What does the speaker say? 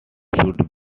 should